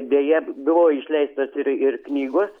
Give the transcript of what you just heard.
beje buvo išleistos ir ir knygos